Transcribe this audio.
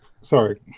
sorry